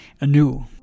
anew